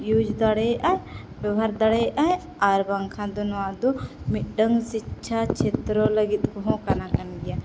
use ᱫᱟᱲᱮᱭᱟᱜ ᱟᱭ ᱵᱮᱵᱚᱦᱟᱨ ᱫᱟᱲᱮᱭᱟᱜ ᱟᱭ ᱟᱨ ᱵᱟᱝᱠᱷᱟᱱ ᱫᱚ ᱱᱚᱣᱟ ᱫᱚ ᱢᱤᱫᱴᱟᱝ ᱥᱤᱪᱪᱷᱟ ᱪᱷᱮᱛᱨᱚ ᱞᱟᱹᱜᱤᱫ ᱠᱚᱦᱚᱸ ᱠᱟᱱᱟ ᱠᱟᱱ ᱜᱮᱭᱟ